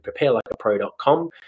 preparelikeapro.com